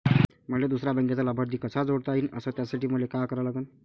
मले दुसऱ्या बँकेचा लाभार्थी कसा जोडता येईन, अस त्यासाठी मले का करा लागन?